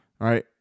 right